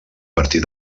partir